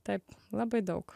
taip labai daug